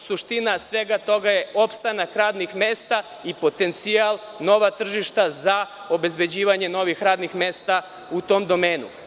Suština svega toga je opstanak radnih mesta i potencijal, nova tržišta za obezbeđivanje novih radnih mesta u tom domenu.